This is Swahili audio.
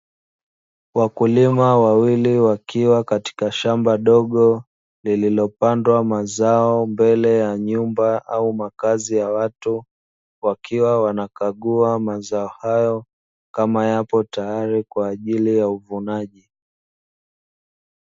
Wakulima wawili wakiwa katika shamba dogo lililopandwa mazao mbele ya nyumba au makazi ya watu wakiwa wanakagua mazao hayo kama yapo tayari kwa ajili ya uvunaji.